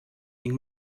ning